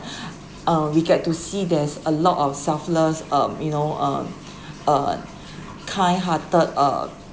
uh we get to see there is a lot of selfless um you know um uh kindhearted uh